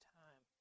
time